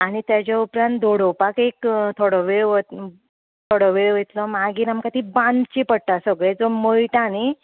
आनी तेज्या उपरान धोडोपाक एक थोडो वेळ वत थोडे वेळ वयतलो मागीर तेज्या उपरान ती बानची पडटा सगळें जें मळटा न्हय